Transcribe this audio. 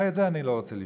את זה אני לא רוצה לשמוע.